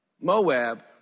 Moab